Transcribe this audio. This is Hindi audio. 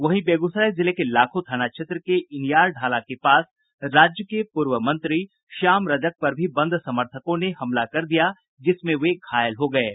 वहीं बेगूसराय जिले के लाखो थाना क्षेत्र के इनियार ढाला के पास राज्य के पूर्व मंत्री श्याम रजक पर भी बंद समर्थकों ने हमला कर दिया जिसमें वे घायल हो गये हैं